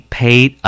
paid